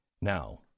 Now